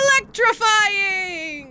electrifying